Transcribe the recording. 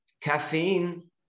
caffeine